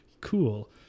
Cool